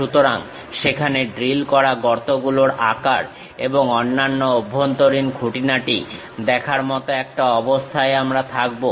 সুতরাং সেখানে ড্রিল করা গর্তগুলোর আকার এবং অন্যান্য অভ্যন্তরীণ খুঁটিনাটি দেখার মত একটা অবস্থায় আমরা থাকবো